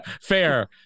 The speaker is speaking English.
Fair